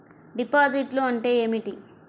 డిపాజిట్లు అంటే ఏమిటి?